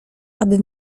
aby